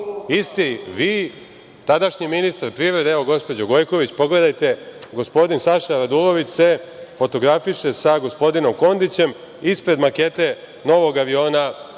Isti vi, tadašnji ministar privrede, gospođo Gojković, pogledajte, gospodin Saša Radulović se fotografiše sa gospodinom Kondićem ispred makete novog aviona „ER